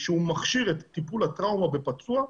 שהוא מכשיר את טיפול הטראומה בפצוע,